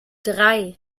drei